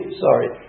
sorry